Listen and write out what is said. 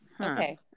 Okay